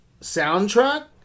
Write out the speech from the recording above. soundtrack